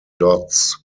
dots